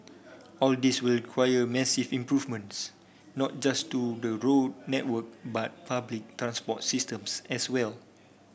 all this will require massive improvements not just to the road network but public transport systems as well